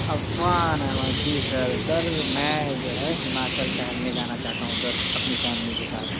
Affan Ahmed ji sir sir میں جو ہے ہماچل شہر میں جانا چاہتا ہوں سر اپنی فیملی کے ساتھ